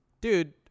dude